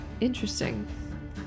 Interesting